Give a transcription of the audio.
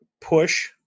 push